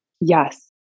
Yes